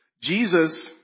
Jesus